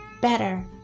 better